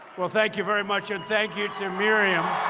well, thank you very much. and thank you to miriam.